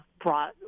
brought